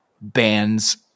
bands